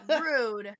rude